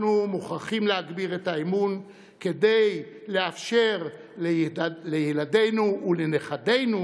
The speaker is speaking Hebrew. אנחנו מוכרחים להגביר את האמון כדי לאפשר לילדינו ולנכדינו